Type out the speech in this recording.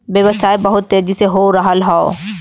व्यवसाय बहुत तेजी से हो रहल हौ